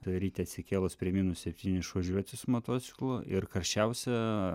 tai ryte atsikėlus prie minus septynių išvažiuoti su motociklu ir karščiausia